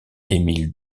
émile